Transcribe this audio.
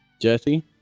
Jesse